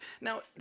now